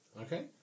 Okay